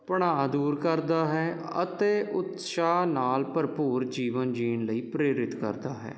ਤਨਾਅ ਦੂਰ ਕਰਦਾ ਹੈ ਅਤੇ ਉਤਸਾਹ ਨਾਲ ਭਰਪੂਰ ਜੀਵਨ ਜੀਉਣ ਲਈ ਪ੍ਰੇਰਿਤ ਕਰਦਾ ਹੈ